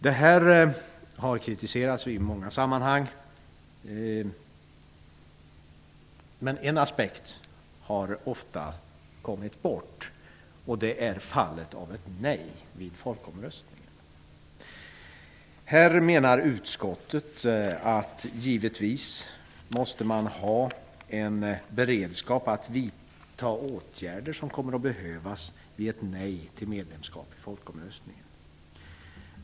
Det har kritiserats i många sammanhang, men en aspekt har ofta glömts bort, och det är ett nej vid folkomröstningen. Här menar utskottet att man givetvis måste ha beredskap att vidta åtgärder som kommer att behövas vid ett nej till medlemskap vid folkomröstningen.